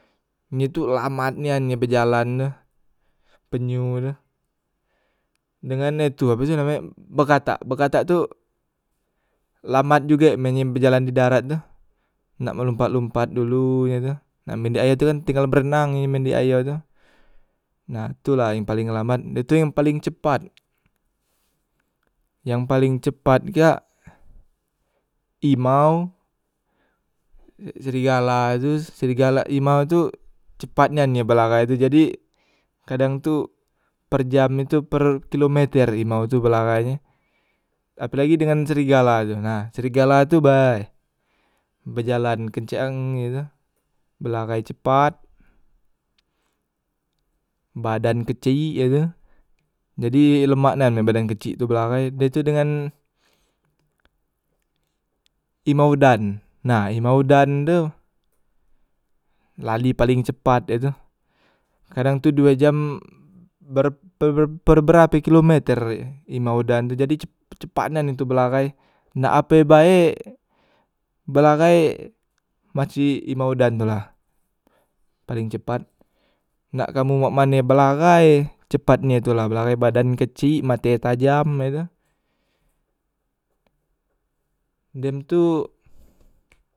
Penyu tu lamat nian ye bejalan tu, penyu tu dengan e tu ape namenye bekatak, bekatak tu lambat juge men ye bejalan di darat tu nak melumpat- lumpat dulu ye tu na men di ayo tu kan tinggal berenang men di ayo tu, nah tu lah yang paleng lambat dah tu yang paling cepat, yang paling cepat kak imau, serigala tu srigala, imau tu cepat nian ye belahai tu jadi kadang tu per jam nye tu per kilometer imau tu belahai e, apelagi dengan srigala tu nah srigala tu bay, bejalan kenceng ye tu belahai cepat, badan kecik ye tu, jadi lemak nian men badan kecik tu belahai da tu dengan imau dan nah imau dan tu lali paling cepat ye tu kadang tu due jam ber per berape kilometer ye imau dan tu jadi cep cepat nian he tu belahai nak ape bae belahai masih imau dan tu lah paling cepat, nak kamu mak mane be belahai cepat nye tu lah, belahai kecik mate tajam e tu, dem tu.